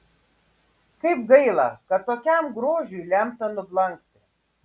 kaip gaila kad tokiam grožiui lemta nublankti